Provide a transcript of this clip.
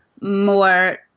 more